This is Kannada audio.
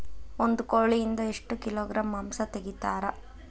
ಒಂದು ಕೋಳಿಯಿಂದ ಎಷ್ಟು ಕಿಲೋಗ್ರಾಂ ಮಾಂಸ ತೆಗಿತಾರ?